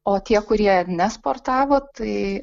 o tie kurie nesportavo tai